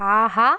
ஆஹா